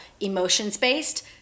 emotions-based